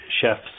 chefs